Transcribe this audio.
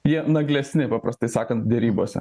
jie naglesni paprastai sakant derybose